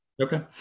Okay